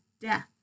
death